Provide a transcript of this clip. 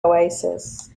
oasis